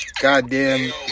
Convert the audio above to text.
goddamn